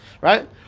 Right